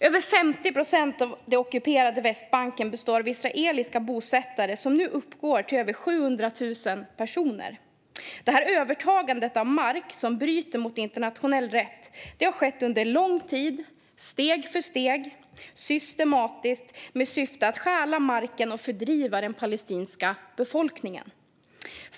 Över 50 procent av den ockuperade Västbanken består av israeliska bosättare, som nu uppgår till över 700 000 personer. Detta övertagande av mark som bryter mot internationell rätt har skett under lång tid, steg för steg och systematiskt med syfte att stjäla marken och fördriva den palestinska befolkningen.